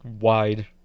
wide